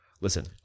listen